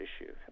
issue